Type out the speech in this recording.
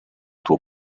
tuo